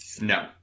No